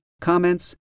comments